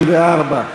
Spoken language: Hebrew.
364,